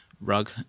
rug